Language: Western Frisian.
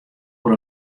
oer